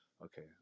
Okay